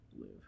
live